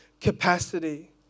capacity